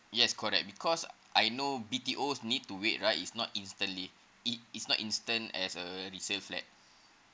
yes correct because I know B_T_O need to wait right is not instantly it is not instant as a resale flat